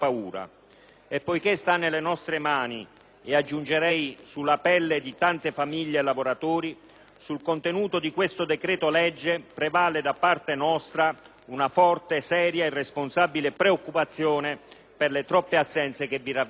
Poiché sta nelle nostre mani e - aggiungerei - sulla pelle di tante famiglie e lavoratori, sul contenuto di questo decreto legge prevale da parte nostra una forte, seria e responsabile preoccupazione per le troppe assenze che vi ravvisiamo.